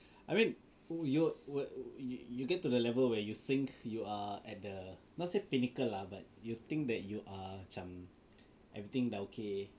I mean who you would you get to the level where you think you are at the not say pinnacle lah but you think that you are macam everything dah okay